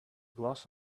gloss